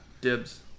dibs